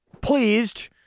pleased